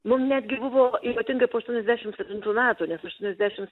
mum netgi buvo ypatingai po aštuoniasdešim septintų metų nes aštuoniasdešims